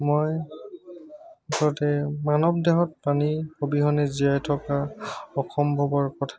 মই মুঠতে মানৱ দেহত পানী অবিহনে জীয়াই থকা অসম্ভৱৰ কথা